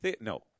No